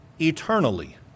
eternally